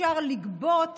אפשר לגבות